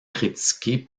critiqué